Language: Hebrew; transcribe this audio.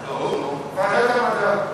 ועדת המדע.